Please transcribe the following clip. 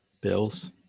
Bills